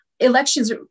Elections